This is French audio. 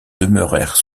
demeurèrent